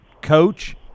coach